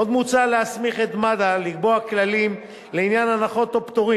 עוד מוצע להסמיך את מד"א לקבוע כללים לעניין הנחות או פטורים